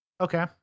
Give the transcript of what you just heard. Okay